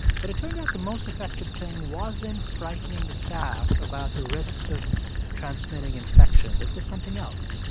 but it turned out the most effective thing wasn't frightening the staff about the risks of transmitting infections. it was something else